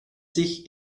sich